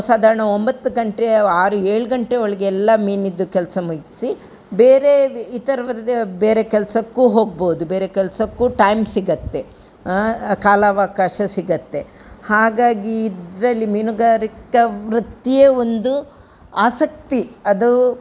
ಸಾಧಾರ್ಣ ಒಂಬತ್ತು ಗಂಟೆಯ ಆರು ಏಳು ಗಂಟೆ ಒಳಗೆ ಎಲ್ಲಾ ಮೀನಿದ್ದು ಕೆಲಸ ಮುಗಿಸಿ ಬೇರೆ ಇತರ ವದದ ಬೇರೆ ಕೆಲ್ಸಕ್ಕೂ ಹೋಗ್ಬೋದು ಬೇರೆ ಕೆಲ್ಸಕ್ಕೂ ಟೈಮ್ ಸಿಗತ್ತೆ ಕಾಲಾವಕಾಶ ಸಿಗತ್ತೆ ಹಾಗಾಗಿ ಇದರಲ್ಲಿ ಮೀನುಗಾರಿಕ್ಕಾ ವೃತ್ತಿಯೆ ಒಂದು ಆಸಕ್ತಿ ಅದು